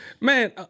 Man